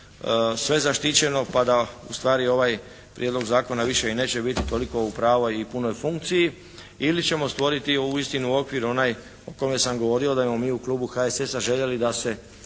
sve zaštićeno. Pa da ustvari ovaj Prijedlog zakona više i neće biti toliko u pravu a i punoj funkciji ili ćemo stvoriti uistinu okvir onaj o kome sam govorio da bi mi u Klubu HSS-a željeli da se